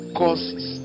causes